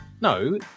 no